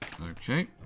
Okay